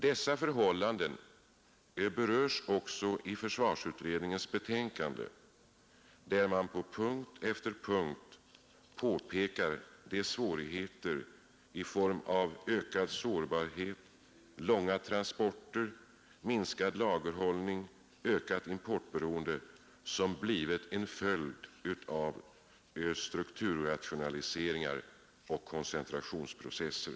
Dessa förhållanden berörs också i försvarsutredningens betänkande, där man på punkt efter punkt påpekar de svårigheter i form av ökad sårbarhet, långa transporter, minskad lagerhållning och ökat importberoende som blivit följden av strukturrationaliseringar och koncentrationsprocesser.